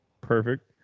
perfect